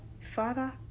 father